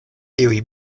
tiuj